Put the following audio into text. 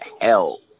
hell